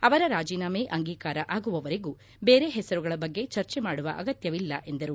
ಅವರ ರಾಜೀನಾಮೆ ಅಂಗೀಕಾರ ಆಗುವವರೆಗೂ ಬೇರೆ ಪೆಸರುಗಳ ಬಗ್ಗೆ ಚರ್ಚೆ ಮಾಡುವ ಅಗತ್ಯ ಇಲ್ಲ ಎಂದರು